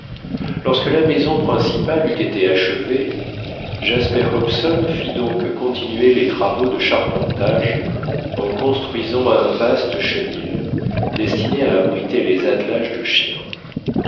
lorsque la maison principale eut été achevée jasper hobson fit donc continuer les travaux de charpentage en construisant un vaste chenil destiné à abriter les attelages de chiens